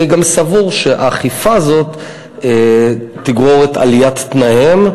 אני גם סבור שהאכיפה הזאת תגרור עלייה בתנאיהם,